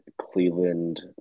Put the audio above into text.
Cleveland